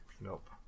nope